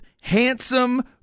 handsome